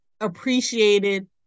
appreciated